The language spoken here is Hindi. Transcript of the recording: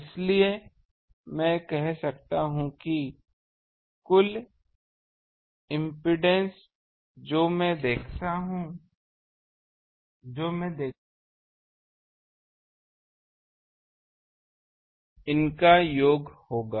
इसलिए मैं कह सकता हूं कि कुल इम्पीडेन्स जो मैं यहां देखूंगा इनका योग होगा